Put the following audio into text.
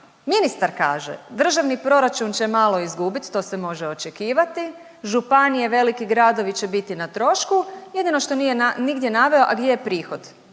ministar kaže državni proračun će malo izgubiti, to se može očekivati. Županije, veliki gradovi će biti na trošku. Jedino što nije nigdje naveo a gdje je prihod,